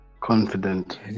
Confident